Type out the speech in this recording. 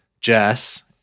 Jess